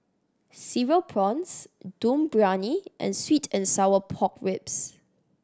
Cereal Prawns Dum Briyani and sweet and sour pork ribs